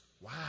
Wow